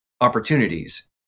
opportunities